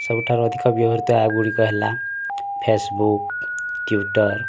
ସବୁଠାରୁ ଅଧିକ ବ୍ୟବହୃତ ଆପ୍ଗୁଡ଼ିକ ହେଲା ଫେସବୁକ୍ ଟ୍ଵିଟର୍